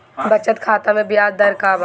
बचत खाता मे ब्याज दर का बा?